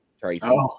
Tracy